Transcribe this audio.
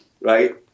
right